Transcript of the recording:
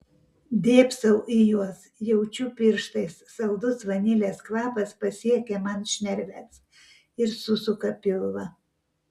dėbsau į juos jaučiu pirštais saldus vanilės kvapas pasiekia man šnerves ir susuka pilvą